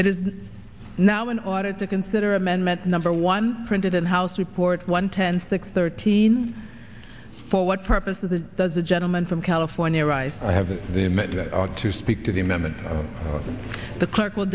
it is now in order to consider amendment number one printed in house report one ten six thirteen for what purpose of the does the gentleman from california arise i have to speak to the member the clerk will